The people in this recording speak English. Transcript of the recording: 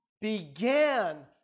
Began